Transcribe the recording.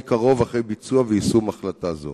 בכל שנות פעילותי עסקתי בקירוב הפריפריה למרכז.